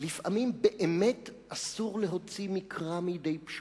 לפעמים באמת אסור להוציא מקרא מידי פשוטו,